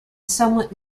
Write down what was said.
somewhat